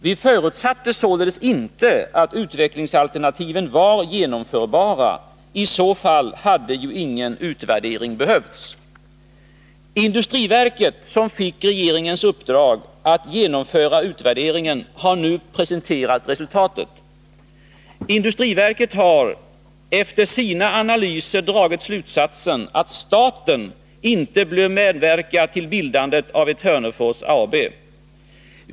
Vi förutsatte således inte att utvecklingsalternativen var genomförbara. I så fall hade ju ingen utvärdering behövts. Industriverket, som fick regeringens uppdrag att genomföra utvärderingen, har nu presenterat sitt resultat. Industriverket har efter sina analyser dragit slutsatsen att staten inte bör medverka till bildandet av ett Hörnefors AB.